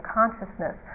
consciousness